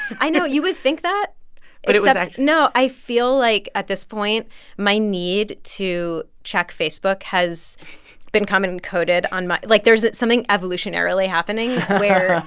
i know. you would think that but it was. no. i feel like at this point my need to check facebook has become and encoded on my like, there's something evolutionarily happening where.